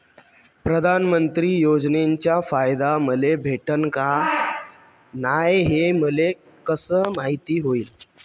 प्रधानमंत्री योजनेचा फायदा मले भेटनं का नाय, हे मले कस मायती होईन?